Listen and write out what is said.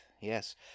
Yes